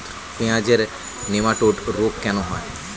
পেঁয়াজের নেমাটোড রোগ কেন হয়?